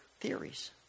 theories